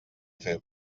fer